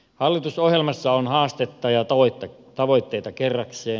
hallitusohjelmassa on haastetta ja tavoitteita kerrakseen